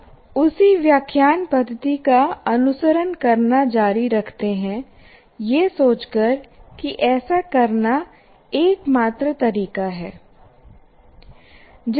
हम उसी व्याख्यान पद्धति का अनुसरण करना जारी रखते हैं यह सोचकर कि ऐसा करने का एकमात्र तरीका है